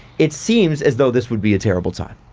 it seems as though this would be a terrible time.